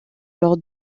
lors